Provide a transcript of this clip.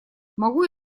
могу